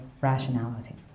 rationality